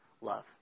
love